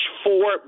four